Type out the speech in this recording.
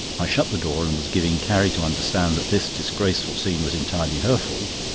i shut the door, and was giving carrie to understand that this disgraceful scene was entirely her fault,